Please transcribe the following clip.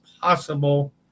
possible